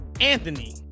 Anthony